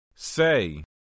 Say